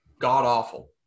god-awful